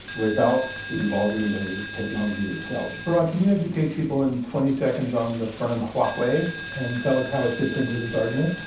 without involving the technology itself. parag, can you educate people in twenty seconds on the firm huawei and tell us how it fits into this argument?